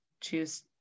choose